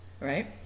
right